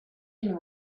been